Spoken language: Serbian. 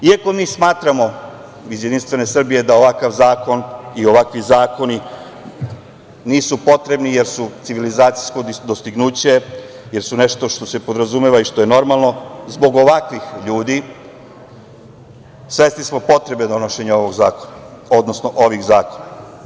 Iako mi iz Jedinstvene Srbije smatramo da ovakav zakon i ovakvi zakoni nisu potrebni jer su civilizacijsko dostignuće, jer su nešto što se podrazumeva i što je normalno zbog ovakvih ljudi, svesni smo potrebe donošenja ovog zakona, odnosno ovih zakona.